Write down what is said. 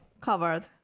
covered